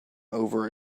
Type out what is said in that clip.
over